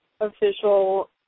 official